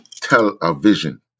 television